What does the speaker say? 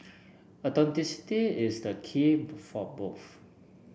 authenticity is the key both